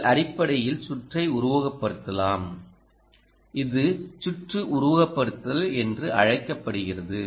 நீங்கள் அடிப்படையில் சுற்றை உருவகப்படுத்தலாம் இது சுற்று உருவகப்படுத்துதல் என்று அழைக்கப்படுகிறது